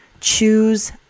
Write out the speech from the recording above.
choose